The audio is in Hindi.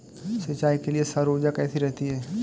सिंचाई के लिए सौर ऊर्जा कैसी रहती है?